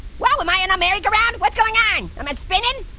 whoa, am i in a merry-go-round, what's going on? am i spinning,